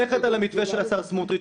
ללכת על המתווה של השר סמוטריץ',